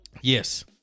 Yes